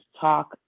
talk